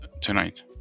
tonight